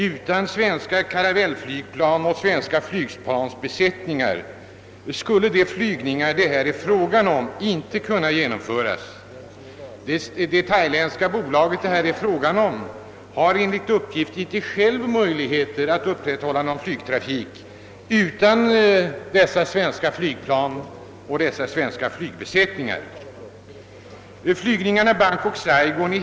Utan svenska caravelleflygplan och svenska flygplansbesättningar skulle de flygningar det här är frågan om inte kunna genomföras. Ifrågavarande thailändska bolag har enligt uppgift inte självt möjligheter att upprätthålla denna flygtrafik utan dessa svenska flygplan och dessa svenska flygbesättningar.